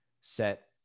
set